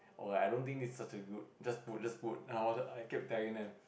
oh I don't think this such a good just put just put ah I kept tagging them